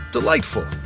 Delightful